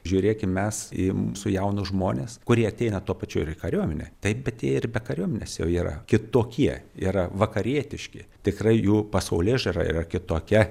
žiūrėkim mes į mūsų jaunus žmones kurie ateina tuo pačiu ir į kariuomenę taip bet jie ir be kariuomenės jau yra kitokie yra vakarietiški tikrai jų pasaulėžiūra yra kitokia